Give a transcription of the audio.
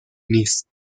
نیست